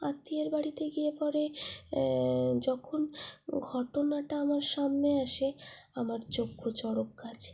আত্মীয়ার বাড়িতে গিয়ে পড়ে যখন ঘটনাটা আমার সামনে আসে আমার চক্ষু চড়ক গাছ